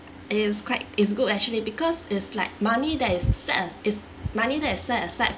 is quite is good actually because is like money that is set a~ is money that is set aside